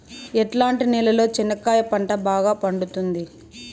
ఎట్లాంటి నేలలో చెనక్కాయ పంట బాగా పండుతుంది?